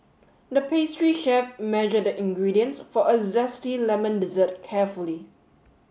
the pastry chef measured the ingredients for a zesty lemon dessert carefully